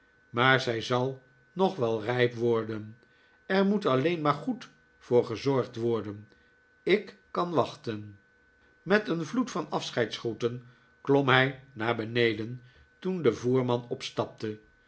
ma'ar zij zal nog wel rijp worden er moet alleen maar goed voor gezorgd worden ik kan wachten met een vloed van afscheidsgroeten klom hij naar beneden toen de voerman opstapte